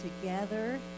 together